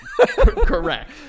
Correct